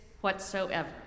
whatsoever